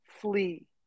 flee